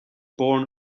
born